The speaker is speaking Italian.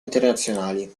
internazionali